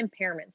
impairments